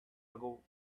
ago